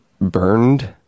burned